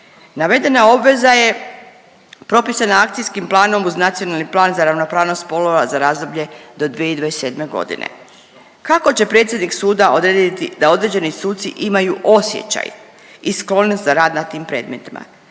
Navedena obveza je propisana Akcijskim planom uz Nacionalni plan za ravnopravnost spolova za razdoblje do 2027.g.. Kako će predsjednik suda odrediti da određeni suci imaju osjećaj i sklonost za rad na tim predmetima?